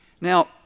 Now